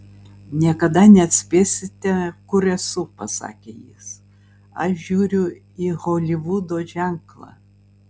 niekada neatspėsite kur esu pasakė jis aš žiūriu į holivudo ženklą